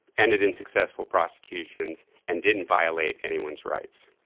ended in successful prosecution, and didn't violate anyone's rights.